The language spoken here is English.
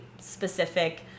specific